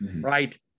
right